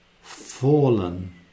fallen